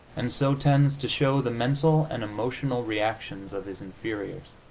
and so tends to show the mental and emotional reactions of his inferiors.